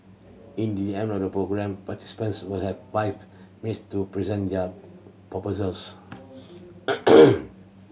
in the end of the programme participants will have five minutes to present their proposals